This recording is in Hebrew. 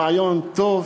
רעיון טוב,